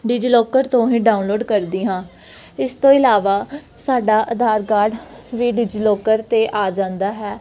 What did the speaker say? DigiLocker ਤੋਂ ਹੀ download ਕਰਦੀ ਹਾਂ ਇਸ ਤੋਂ ਇਲਾਵਾ ਸਾਡਾ ਆਧਾਰ ਕਾਰਡ ਵੀ ਡਿਜੀਲੋਕਰ 'ਤੇ ਆ ਜਾਂਦਾ ਹੈ